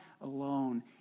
alone